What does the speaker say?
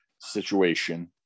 situation